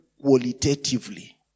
qualitatively